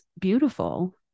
beautiful